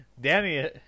Danny